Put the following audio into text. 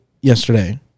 yesterday